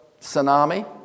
tsunami